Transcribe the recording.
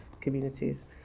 communities